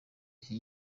iki